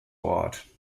ort